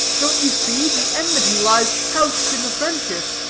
don't you see? the enmity lies couched in the friendship,